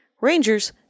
Rangers